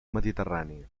mediterrani